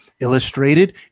illustrated